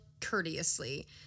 courteously